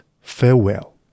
farewell